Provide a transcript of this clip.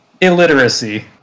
illiteracy